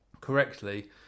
correctly